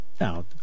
Now